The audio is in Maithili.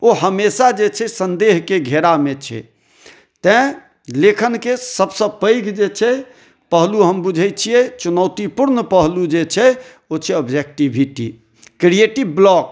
ओ हमेशा जे छै संदेह के घेरा मे छै तैं लेखन के सबसँ पैघ जे छै पहलू हम बुझय छियै चुनौतीपूर्ण पहलू जे छै ओ छियै आब्जेक्टिविटी क्रीएटिव ब्लाक